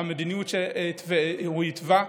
במדיניות שהוא התווה,